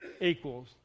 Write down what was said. equals